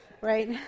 right